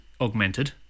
augmented